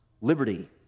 liberty